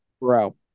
Bro